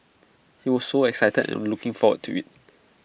he was so excited and looking forward to IT